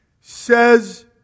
says